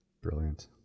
Brilliant